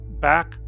back